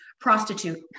prostitute